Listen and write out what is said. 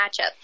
matchup